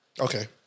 Okay